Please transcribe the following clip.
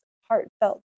heartfelt